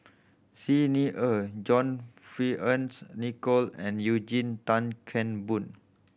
Xi Ni Er John Fearns Nicoll and Eugene Tan Kheng Boon